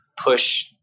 push